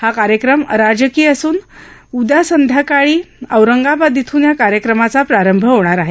हा कार्यक्रम अराजकीय असून उद्या संध्याकाळी औरंगाबाद इथून या कार्यक्रमाचा प्रारंभ होणार आहे